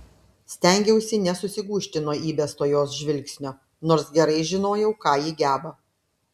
stengiausi nesusigūžti nuo įbesto jos žvilgsnio nors gerai žinojau ką ji geba